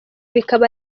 bikaba